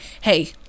hey